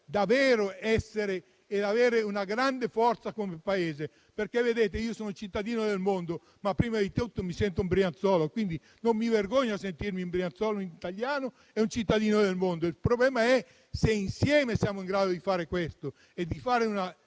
per avere davvero una grande forza come Paese. Io sono cittadino del mondo, ma prima di tutto mi sento un brianzolo e non mi vergogno a sentirmi un brianzolo, un italiano e un cittadino del mondo. Il problema è capire se insieme siamo in grado di fare questo e di compiere una